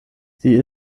sie